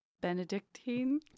Benedictine